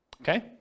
okay